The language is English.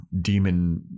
demon